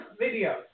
videos